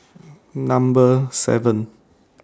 Number seven